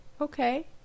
Okay